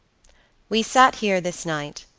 we sat here this night,